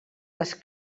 les